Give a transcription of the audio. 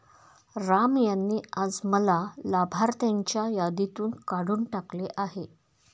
राम यांनी आज मला लाभार्थ्यांच्या यादीतून काढून टाकले आहे